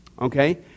okay